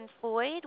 Floyd